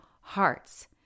hearts